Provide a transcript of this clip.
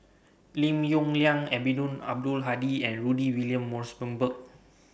Lim Yong Liang Eddino Abdul Hadi and Rudy William Mosbergen